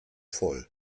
voll